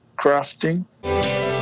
crafting